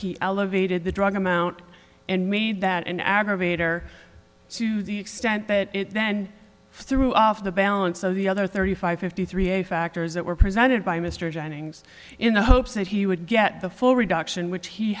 he elevated the drug amount and made that an aggravator to the extent that it then threw off the balance of the other thirty five fifty three a factors that were presented by mr jennings in the hopes that he would get the full reduction which he